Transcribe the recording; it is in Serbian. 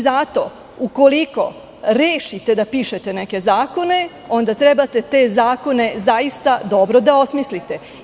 Zato, ukoliko rešite da pišete neke zakone, onda trebate te zakone zaista dobro da osmislite.